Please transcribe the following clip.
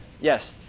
Yes